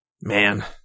Man